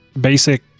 basic